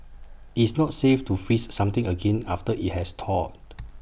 IT is not safe to freeze something again after IT has thawed